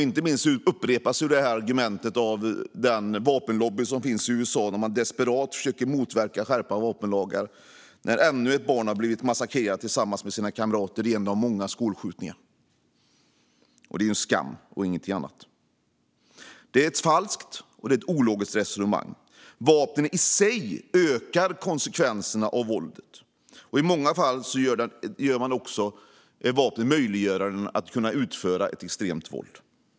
Inte minst upprepas det argumentet av den vapenlobby som finns i USA. Där försöker man desperat att motverka en skärpning av vapenlagar när ännu ett barn har blivit massakrerat tillsammans med sina kamrater i en av många skolskjutningar. Det är en skam och ingenting annat. Det är ett falskt och ologiskt resonemang. Vapnen i sig ökar konsekvenserna av våldet. I många fall möjliggör också vapnen att man kan utöva ett extremt våld.